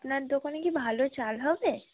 আপনার দোকানে কি ভালো চাল হবে